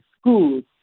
schools